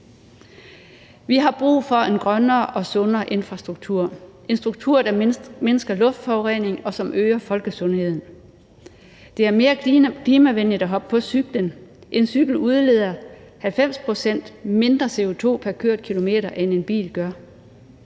Vi har brug for en grønnere og sundere infrastruktur – en struktur, der mindsker luftforureningen, og som øger folkesundheden. Det er mere klimavenligt at hoppe på cyklen. En cykel udleder 90 pct. mindre CO2 pr. kørt kilometer, end en bil gør.